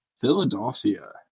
Philadelphia